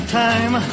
time